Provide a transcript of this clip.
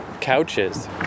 couches